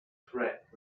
threat